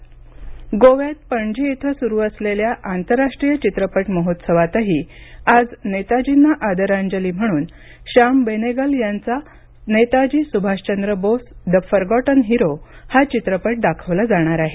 IFFI Netaji गोव्यात पणजी इथं सुरू असलेल्या आंतरराष्ट्रीय चित्रपट महोत्सवातही आज नेताजींना आदरांजली म्हणून श्याम बेनेगल यांचा Netaji Subhashchandra Bose the forgotten hero हा चित्रपट दाखवला जाणार आहे